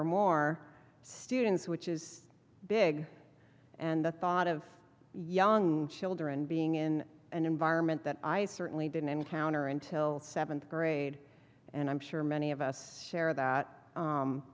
or more students which is big and the thought of young children being in an environment that i certainly didn't encounter until seventh grade and i'm sure many of us share that